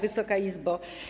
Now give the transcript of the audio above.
Wysoka Izbo!